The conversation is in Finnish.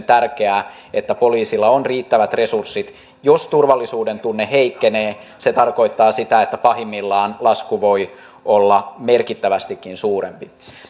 tärkeää että poliisilla on riittävät resurssit jos turvallisuudentunne heikkenee se tarkoittaa sitä että pahimmillaan lasku voi olla merkittävästikin suurempi